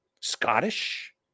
Scottish